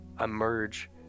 emerge